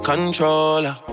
Controller